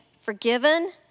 forgiven